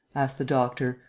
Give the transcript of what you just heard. asked the doctor,